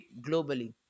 globally